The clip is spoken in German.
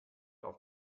auf